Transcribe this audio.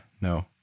no